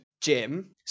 Jim